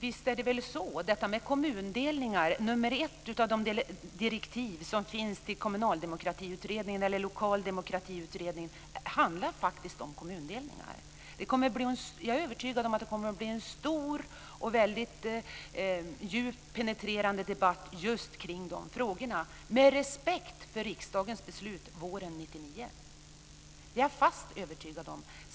Fru talman! Nummer 1 av de direktiv som finns till Lokaldemokratiutredningen handlar faktiskt om kommundelningar. Jag är övertygad om att det kommer att bli en stor och väldigt djupt penetrerande debatt just kring de frågorna med respekt för riksdagens beslut våren 1999. Det är jag fast övertygad om.